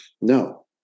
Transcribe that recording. No